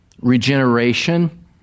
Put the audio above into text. Regeneration